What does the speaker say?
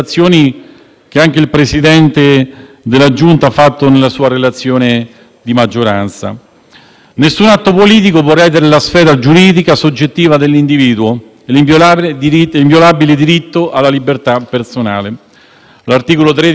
Nessun atto politico può ledere la sfera giuridica soggettiva dell'individuo, l'inviolabile diritto alla libertà personale. L'articolo 13 della Costituzione spiega chiaramente che la libertà personale è inviolabile e che non è ammessa